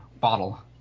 bottle